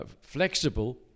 flexible